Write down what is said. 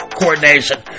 coordination